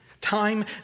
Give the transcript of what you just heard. time